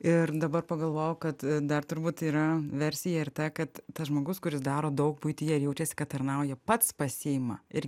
ir dabar pagalvojau kad dar turbūt yra versija ir ta kad tas žmogus kuris daro daug buityje jaučiasi kad tarnauja pats pasiima ir